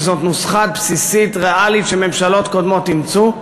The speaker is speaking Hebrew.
שזאת נוסחה בסיסית ריאלית שממשלות קודמות אימצו,